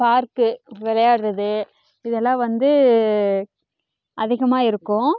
park வெளையாடுறது இதெல்லாம் வந்து அதிகமாக இருக்கும்